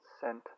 sent